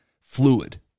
fluid